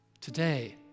Today